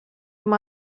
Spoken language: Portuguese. uma